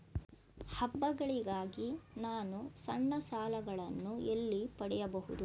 ಹಬ್ಬಗಳಿಗಾಗಿ ನಾನು ಸಣ್ಣ ಸಾಲಗಳನ್ನು ಎಲ್ಲಿ ಪಡೆಯಬಹುದು?